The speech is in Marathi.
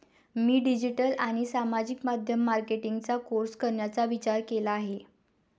मी डिजिटल आणि सामाजिक माध्यम मार्केटिंगचा कोर्स करण्याचा विचार केला आहे